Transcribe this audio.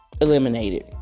eliminated